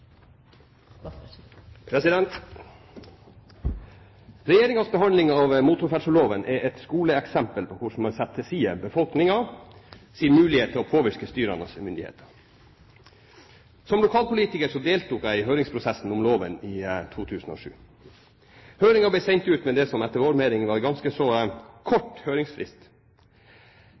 et skoleeksempel på hvordan man setter til side befolkningens mulighet til å påvirke styrende myndigheter. Som lokalpolitiker deltok jeg i høringsprosessen om loven i 2007. Høringen ble sendt ut med det som etter vår mening var en ganske kort høringsfrist.